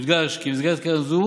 יודגש כי במסגרת קרן מלגות זו